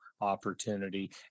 opportunity